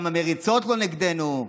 גם המריצות לא נגדנו.